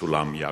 מסולם יעקב.